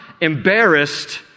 embarrassed